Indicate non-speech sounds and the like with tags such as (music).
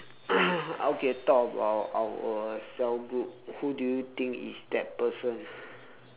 (noise) okay talk about our cell group who do you think is that person